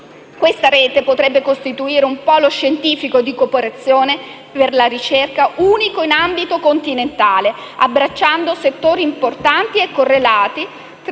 Questa rete potrebbe costituire un polo scientifico di cooperazione per la ricerca unico in ambito continentale, abbracciando settori importanti e correlati